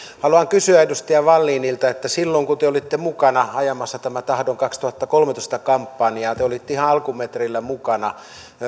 haluan kysyä edustaja wallinilta että silloin kun te olitte mukana ajamassa tätä tahdon kaksituhattakolmetoista kampanjaa te olitte ihan alkumetreillä mukana